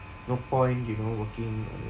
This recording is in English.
no point you know working on it